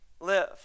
live